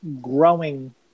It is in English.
growing